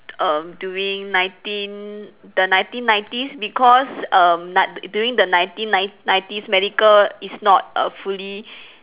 err during nineteen the nineteen nineties because um na~ during the nineteen nineties medical is not a fully